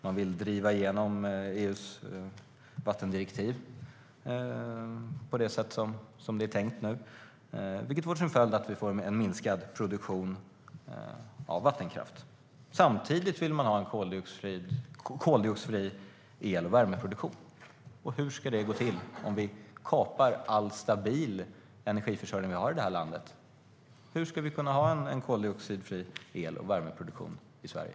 Man vill driva igenom EU:s vattendirektiv på det sätt som det nu är tänkt, vilket får till följd att vi får en minskad produktion av vattenkraft. Samtidigt vill man ha en koldioxidfri el och värmeproduktion. Hur ska det gå till om vi kapar all stabil energiförsörjning vi har i det här landet? Hur ska vi kunna ha en koldioxidfri el och värmeproduktion i Sverige?